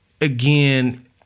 again